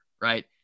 right